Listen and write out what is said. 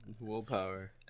willpower